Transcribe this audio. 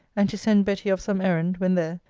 and to send betty of some errand, when there,